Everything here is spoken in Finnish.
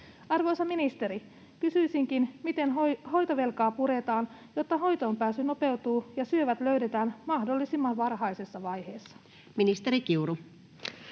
Arvoisa ministeri, kysyisinkin: miten hoitovelkaa puretaan, jotta hoitoonpääsy nopeutuu ja syövät löydetään mahdollisimman varhaisessa vaiheessa? Ministeri Kiuru.